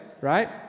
right